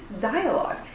dialogue